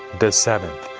the seventh.